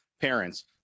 parents